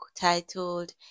titled